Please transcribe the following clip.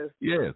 yes